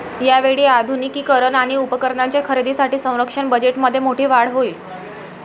यावेळी आधुनिकीकरण आणि उपकरणांच्या खरेदीसाठी संरक्षण बजेटमध्ये मोठी वाढ होईल